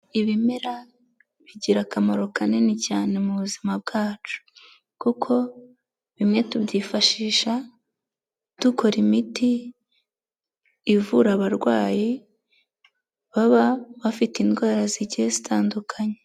Ibimera bigira akamaro kanini cyane mu buzima bwacu kuko bimwe tubyifashisha dukora imiti ivura abarwayi baba bafite indwara zigiye zitandukanye.